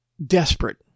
desperate